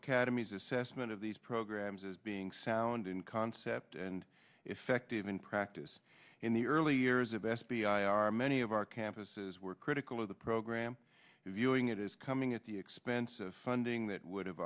academies assessment of these programs as being sound in concept and effective in practice in the early years of f b i are many of our campuses were critical of the program viewing it is coming at the expense of funding that would